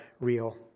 real